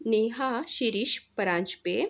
Neha Shirish Paranjpe